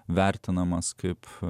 vertinamas kaip